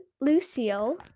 Lucille